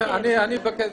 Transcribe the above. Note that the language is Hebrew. קודם כול